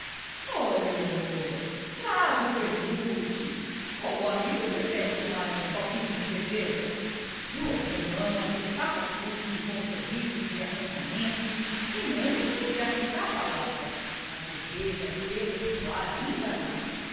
o vermute ou o amigo prefere tomar um copinho de cerveja joão romão aceitava tudo com sorrisos de acanhamento sem animo de arriscar palavra a cerveja fê-lo suar ainda mais